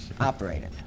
operated